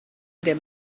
them